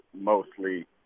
mostly